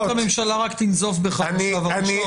המלצנו שהיועצת המשפטית לממשלה רק תנזוף בך בשלב הראשון...